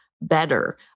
better